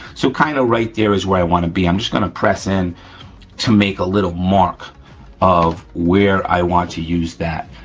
so kinda right there is where i wanna be. i'm just gonna press in to make a little mark of where i want to use that